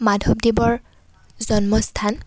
মাধৱদেৱৰ জন্মস্থান